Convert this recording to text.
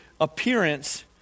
appearance